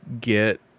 get